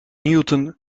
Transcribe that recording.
newton